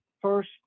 first